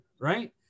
Right